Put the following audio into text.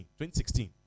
2016